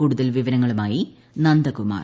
കൂടുതൽ വിവരങ്ങളുമായി നന്ദകുമാർ